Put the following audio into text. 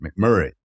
McMurray